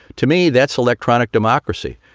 to me, that's electronic democracy.